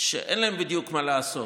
שאין להם בדיוק מה לעשות,